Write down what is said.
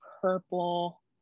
Purple